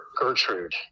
gertrude